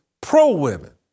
pro-women